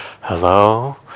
hello